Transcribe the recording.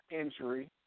injury